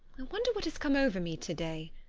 i wonder what has come over me to-day.